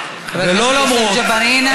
חבר הכנסת יוסף ג'בארין,